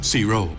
Zero